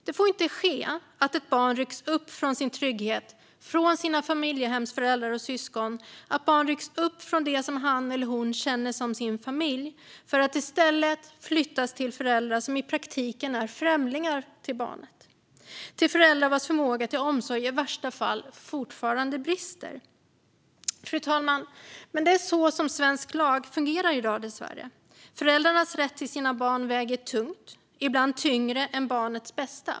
Det får inte ske att ett barn rycks upp från sin trygghet, från sina familjehemsföräldrar och syskon, det vill säga rycks upp från det som han eller hon känner som sin familj, för att i stället flyttas till föräldrar som i praktiken är främlingar för barnet. Det kan vara föräldrar vars förmåga till omsorg i värsta fall fortfarande brister. Fru talman! Det är dock dessvärre så svensk lag fungerar i dag. Föräldrars rätt till sina barn väger tungt, ibland tyngre än barnets bästa.